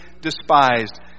despised